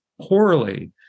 poorly